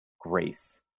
grace